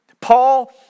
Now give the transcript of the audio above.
Paul